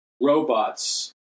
robots